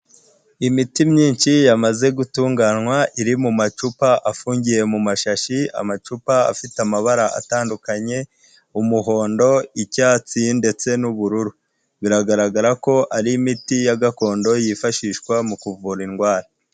Imiti myinshi yamaze gutunganywa, iri mu macupa afungiye mu mashashi, amacupa afite amabara atandukanye, umuhondo, icyatsi ndetse n'ubururu. Biragaragara ko ari imiti ya gakondo yifashishwa mu kuvura indwara.